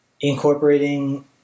incorporating